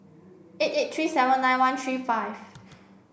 eight eight three seven nine one three five